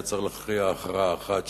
היה צריך להכריע הכרעה אחת,